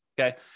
okay